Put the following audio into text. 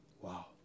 wow